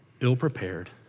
ill-prepared